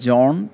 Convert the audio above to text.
John